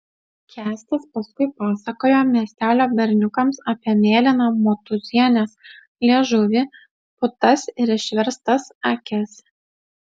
kęstas paskui pasakojo miestelio berniukams apie mėlyną motūzienės liežuvį putas ir išverstas akis